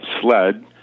sled